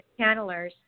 channelers